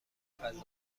فضایی